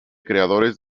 creadores